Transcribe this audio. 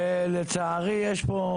ולצערי יש פה